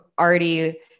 already